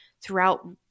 throughout